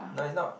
no it's not